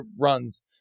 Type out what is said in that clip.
runs